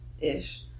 ish